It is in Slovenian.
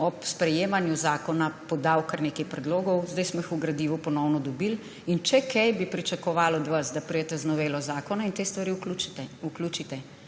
ob sprejemanju zakona podal kar nekaj predlogov. Zdaj smo jih v gradivu ponovno dobili. In če kaj, bi pričakovali od vas, da pridete z novelo zakona in te stvari vključite.